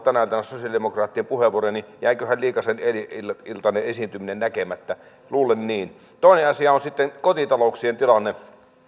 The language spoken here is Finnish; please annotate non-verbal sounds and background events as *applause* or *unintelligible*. *unintelligible* tänään täällä sosialidemokraattien puheenvuoroja niin jäiköhän liikasen eilisiltainen esiintyminen näkemättä luulen niin toinen asia on sitten kotitalouksien tilanne